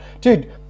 dude